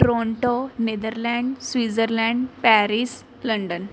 Toronto Netherlands Switzerland Paris London